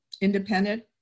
independent